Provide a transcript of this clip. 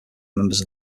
members